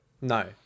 No